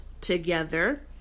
together